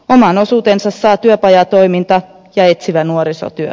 oman osuutensa saa työpajatoiminta ja etsivä nuorisotyö